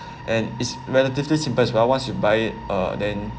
and is relatively simple as well once you buy it uh then